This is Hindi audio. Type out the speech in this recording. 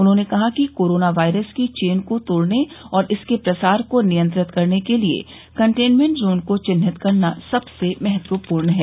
उन्होंने कहा कि कोरोना वायरस की चेन को तोड़ने और इसके प्रसार को नियंत्रित करने के लिए कन्टेनमेंट जोन को चिन्हित करना सबसे महत्वपूर्ण है